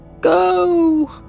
Go